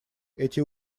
эти